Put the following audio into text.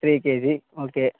three KG okay